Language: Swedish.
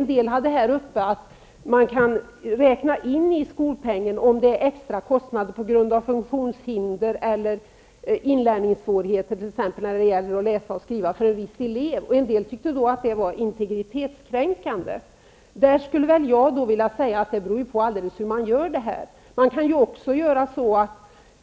Någon här tog upp att man kan räkna in i skolpengen om det blir extra kostnader på grund av t.ex. funktionshinder eller inlärningssvårigheter hos en elev när det gäller att läsa och skriva. En del tyckte att det var integritetskränkande. Där skulle jag vilja säga att det beror helt på hur man gör det.